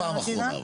פעם אחרונה.